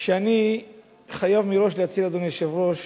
אני חייב מראש להצהיר, אדוני היושב-ראש,